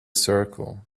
circle